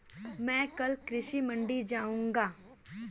मैं कल कृषि मंडी जाऊँगा